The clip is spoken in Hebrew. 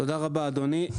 תודה רבה אדוני.